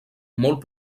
molt